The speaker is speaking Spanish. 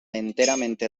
enteramente